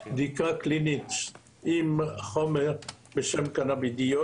בדיקה קלינית עם חומר בשם קנאבידיול